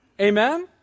Amen